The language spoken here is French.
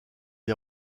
est